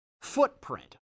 footprint